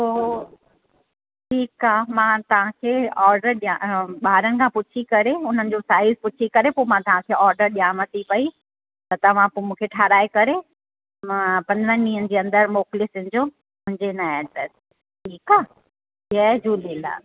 पोइ ठीकु आहे मां तव्हांखे ऑडर ॾिया ॿारनि खां पुछी करे उन्हनि जो स्टाइल पुछी करे पोइ मां तव्हांखे ऑडर ॾियांव थी पेई त तव्हां पोइ मूंखे ठाहिराए करे मां पंद्रनि ॾींहंनि जे अंदरि मोकिले छॾिजो मुंहिंजे नयातर ठीकु आहे जय झूलेलाल